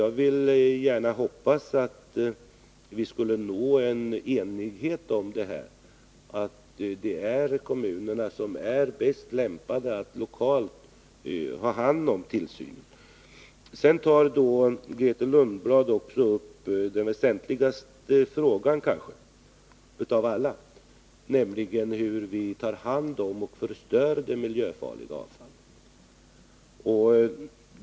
Jag hoppas att vi skall kunna nå enighet om att det är kommunerna som är bäst lämpade att lokalt ha hand om tillsynen. Sedan tog Grethe Lundblad upp den kanske väsentligaste frågan av alla, nämligen den om hur vi tar hand om och förstör det miljöfarliga avfallet.